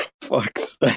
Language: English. Fuck's